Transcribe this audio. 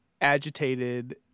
agitated